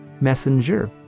messenger